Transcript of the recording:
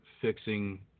fixing